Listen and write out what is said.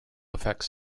effects